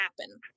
happen